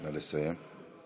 נא לסיים.